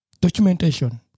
documentation